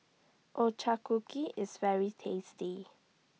IS very tasty